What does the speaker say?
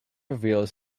reveals